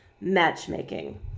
matchmaking